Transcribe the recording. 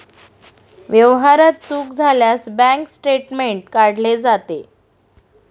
व्यवहारात चूक झाल्यास बँक स्टेटमेंट काढले जाते